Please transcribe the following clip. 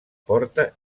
porta